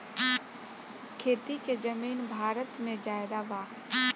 खेती के जमीन भारत मे ज्यादे बा